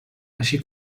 així